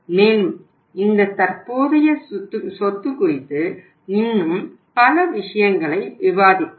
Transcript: மேலும் இந்த தற்போதைய சொத்து குறித்து இன்னும் பல விஷயங்களை விவாதிப்போம்